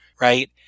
right